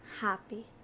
happy